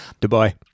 dubai